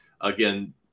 again